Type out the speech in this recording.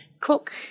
cook